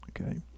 okay